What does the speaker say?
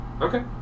Okay